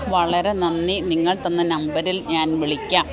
വളരെ നന്ദി നിങ്ങൾ തന്ന നമ്പറിൽ ഞാൻ വിളിക്കാം